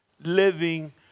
living